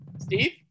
Steve